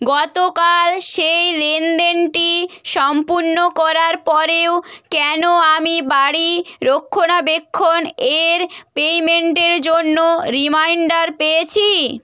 গতকাল সেই লেনদেনটি সম্পূর্ণ করার পরেও কেন আমি বাড়ি রক্ষণাবেক্ষণ এর পেমেন্টের জন্য রিমাইন্ডার পেয়েছি